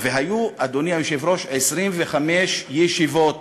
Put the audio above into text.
והיו, אדוני היושב-ראש, 25 ישיבות